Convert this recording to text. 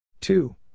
two